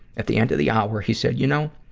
at the end of the hour, he said, you know,